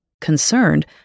Concerned